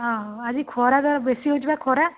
ହଁ ହଁ ଆଜି ଖରା ବେଶି ହେଉଛି ପା ଖରା